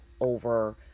over